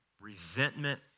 resentment